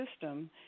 system